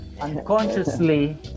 unconsciously